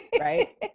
right